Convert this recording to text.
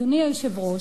אדוני היושב-ראש,